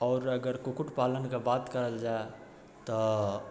आओर अगर कुक्कुट पालनके बात करल जाए तऽ